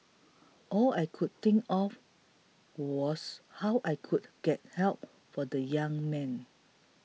all I could think of was how I could get help for the young man